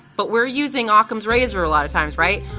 but we're using ah ockham's razor a lot of times, right.